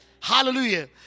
Hallelujah